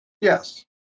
Yes